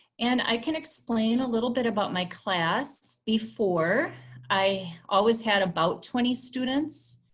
and i can explain a little bit about my class. before i always had about twenty students.